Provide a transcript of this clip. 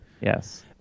Yes